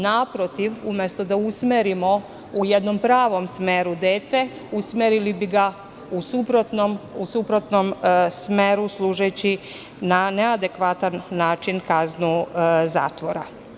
Naprotiv, umesto da usmerimo u jednom pravom smeru dete, usmerili bi ga u suprotnom smeru služeći na neadekvatan način kaznu zatvora.